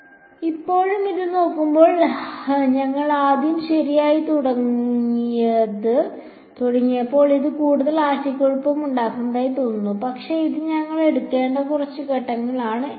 അതിനാൽ ഇപ്പോഴും ഇത് നോക്കുമ്പോൾ ഞങ്ങൾ ആദ്യം ശരിയായി തുടങ്ങിയപ്പോൾ ഇത് കൂടുതൽ ആശയക്കുഴപ്പമുണ്ടാക്കുന്നതായി തോന്നുന്നു പക്ഷേ ഇത് ഞങ്ങൾ എടുക്കേണ്ട കുറച്ച് ഘട്ടങ്ങളാണ്